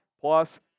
plus